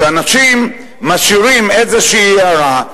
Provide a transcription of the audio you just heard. שאנשים משאירים איזו הערה,